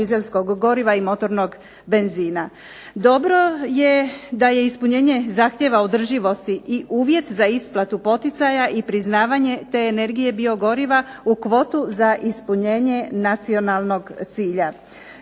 dizelskog goriva i motornog benzina. Dobro je da je ispunjenje zahtjeva održivosti i uvjet za isplatu poticaja i priznavanje te energije biogoriva u kvotu za ispunjenje nacionalnog cilja.